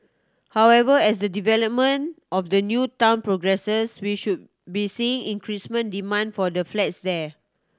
however as the development of the new town progresses we should be seeing demand for the flats there